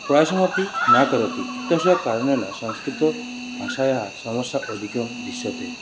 प्रायशः अपि न करोति तस्य कारणेन संस्कृत भाषायाः समस्या अधिका दृश्यते